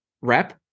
rep